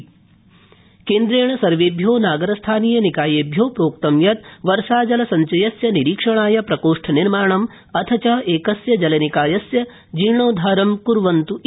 केन्द्रं वर्षाजलसंग्रह केन्द्रेण सर्वेभ्यो नागरस्थानीय निकायेभ्यो प्रोक्तं यत् वर्षाजलसंचयस्य निरीक्षणाय प्रकोष्ठनिर्माणम् अथ च एकस्य जलनिकायस्य जीर्णोद्वारं क्वन्त् इति